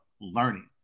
learning